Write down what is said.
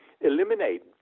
eliminate